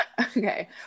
Okay